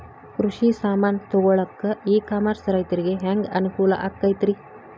ಕೃಷಿ ಸಾಮಾನ್ ತಗೊಳಕ್ಕ ಇ ಕಾಮರ್ಸ್ ರೈತರಿಗೆ ಹ್ಯಾಂಗ್ ಅನುಕೂಲ ಆಕ್ಕೈತ್ರಿ?